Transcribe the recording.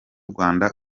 rwanda